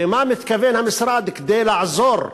ומה מתכוון המשרד לעשות כדי לעזור?